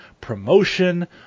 promotion